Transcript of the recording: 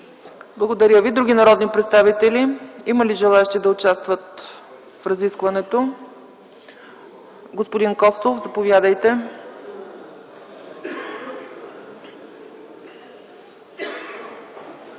Благодаря Ви. Други народни представители? Има ли желаещи да участват в разискването? Господин Костов, заповядайте.